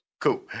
Cool